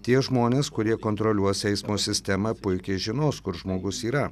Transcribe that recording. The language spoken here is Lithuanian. tie žmonės kurie kontroliuos eismo sistemą puikiai žinos kur žmogus yra